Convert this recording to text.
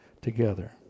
together